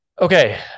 okay